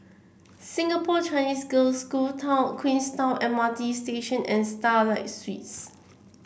Singapore Chinese Girls' School Town Queenstown M R T Station and Starlight Suites